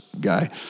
guy